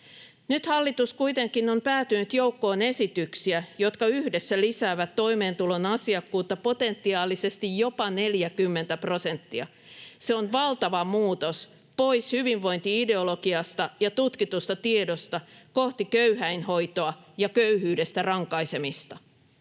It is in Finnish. Nyt hallitus kuitenkin on päätynyt joukkoon esityksiä, jotka yhdessä lisäävät toimeentulon asiakkuutta potentiaalisesti jopa 40 prosenttia. Se on valtava muutos pois hyvinvointi-ideologiasta ja tutkitusta tiedosta kohti köyhäinhoitoa ja köyhyydestä rankaisemista.